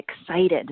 excited